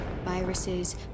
Viruses